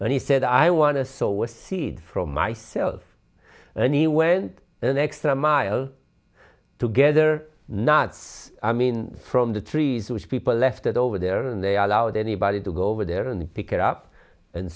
and he said i want to saw a seed from myself and he went an extra mile together knots i mean from the trees which people left it over there and they allowed anybody to go over there and pick it up and